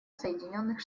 соединенных